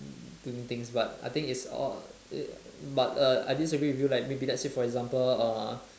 doing things but I think it's all but uh I disagree with you like maybe like let's say for example uh